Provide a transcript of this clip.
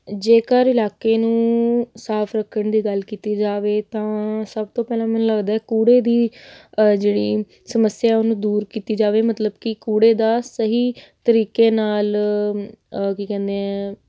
ਜੇਕਰ ਇਲਾਕੇ ਨੂੰ ਸਾਫ ਰੱਖਣ ਦੀ ਗੱਲ ਕੀਤੀ ਜਾਵੇ ਤਾਂ ਸਭ ਤੋਂ ਪਹਿਲਾਂ ਮੈਨੂੰ ਲੱਗਦਾ ਕੂੜੇ ਦੀ ਜਿਹੜੀ ਸਮੱਸਿਆ ਉਹਨੂੰ ਦੂਰ ਕੀਤੀ ਜਾਵੇ ਮਤਲਬ ਕਿ ਕੂੜੇ ਦਾ ਸਹੀ ਤਰੀਕੇ ਨਾਲ ਕੀ ਕਹਿੰਦੇ ਹੈ